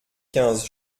quinze